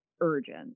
urgent